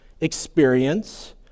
experience